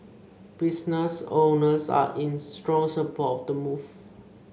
business owners are in strong support of the move